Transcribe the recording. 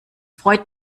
freut